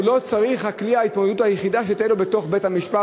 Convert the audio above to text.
והוא לא צריך שכלי ההתמודדות היחיד יהיה לו בבית-המשפט